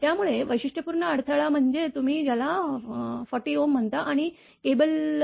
त्यामुळे वैशिष्ट्यपूर्ण अडथळा म्हणजे तुम्ही ज्याला 40 म्हणता आणि केबल